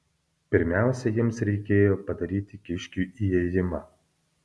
pirmiausia jiems reikėjo padaryti kiškiui įėjimą